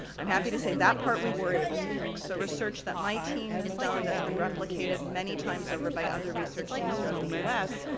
i'm happy to say, that part, we were able to fix. so, research that my team has done that's been replicated many times over by other research teams throughout the u s,